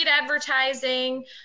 advertising